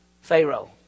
Pharaoh